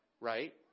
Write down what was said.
Right